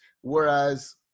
Whereas